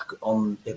on